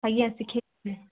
ଆଜ୍ଞା ଶିଖାଇବି